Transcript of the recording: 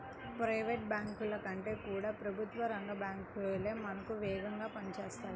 private బ్యాంకుల కంటే కూడా ప్రభుత్వ రంగ బ్యాంకు లే మనకు వేగంగా పని చేస్తాయి